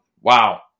wow